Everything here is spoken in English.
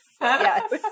yes